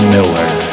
Miller